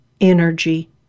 energy